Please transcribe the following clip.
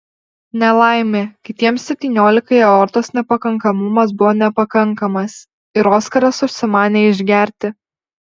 nelaimė kitiems septyniolikai aortos nepakankamumas buvo nepakankamas ir oskaras užsimanė išgerti